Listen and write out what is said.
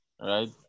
right